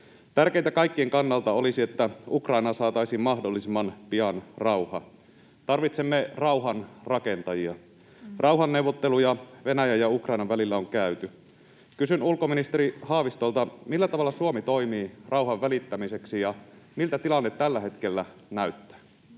Tärkeitä kaikkien kannalta olisi, että Ukrainaan saataisiin mahdollisimman pian rauha. Tarvitsemme rauhanrakentajia. Rauhanneuvotteluja Venäjän ja Ukrainan välillä on käyty. Kysyn ulkoministeri Haavistolta: millä tavalla Suomi toimii rauhan välittämiseksi, ja miltä tilanne tällä hetkellä näyttää?